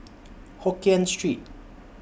Hokkien Street